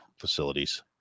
facilities